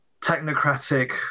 technocratic